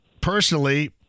personally